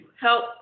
help